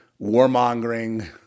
warmongering